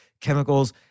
chemicals